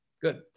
Good